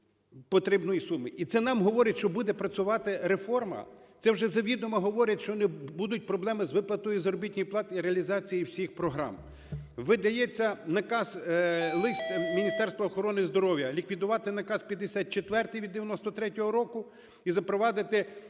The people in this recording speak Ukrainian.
І це нам говорять, що буде працювати реформа. Це вже завідома говорять, що не будуть проблеми з виплатою заробітної плати і реалізації всіх програм. Видається наказ, лист Міністерства охорони здоров'я ліквідувати Наказ 54 від 93-го року і запровадити